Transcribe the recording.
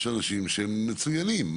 יש אנשים שהם מצוינים.